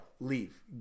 leave